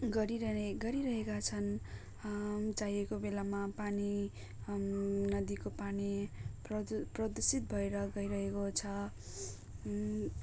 गरिरहे गरिरहेका छन् चाहिएको बेलामा पानी नदीको पानी प्र प्रदूर्षित भएर गइरहेको छ